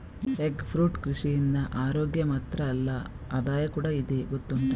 egg fruit ಕೃಷಿಯಿಂದ ಅರೋಗ್ಯ ಮಾತ್ರ ಅಲ್ಲ ಆದಾಯ ಕೂಡಾ ಇದೆ ಗೊತ್ತುಂಟಾ